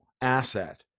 asset